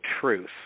truth